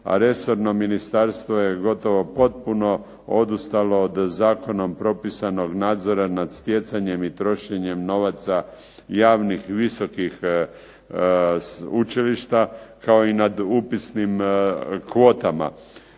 a resorno ministarstvo je gotovo potpuno odustalo od zakonom propisanog nadzora nad stjecanjem i trošenjem novaca javnih visokih učilišta kao i nad upisnim kvotama